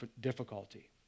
difficulty